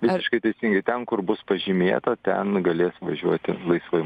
visiškai teisingai ten kur bus pažymėta ten galės važiuoti laisvai